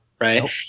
right